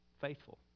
faithful